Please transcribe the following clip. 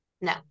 No